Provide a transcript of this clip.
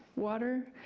water,